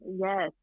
Yes